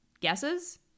guesses